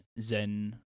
Zen